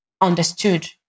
understood